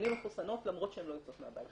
שלי מחוסנות למרות שהן לא יוצאות מהבית.